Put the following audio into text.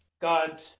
God